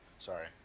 Sorry